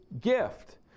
gift